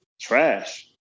trash